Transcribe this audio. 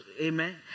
Amen